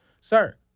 Sir